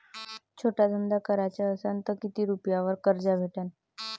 छोटा धंदा कराचा असन तर किती रुप्यावर कर्ज भेटन?